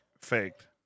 faked